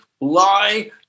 lie